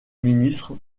ministre